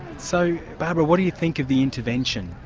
so barbara, what do you think of the intervention?